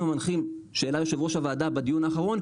המנחים שהעלה יו"ר הוועדה בדיון האחרון,